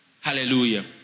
Hallelujah